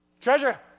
Treasure